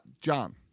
John